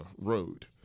road